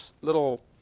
little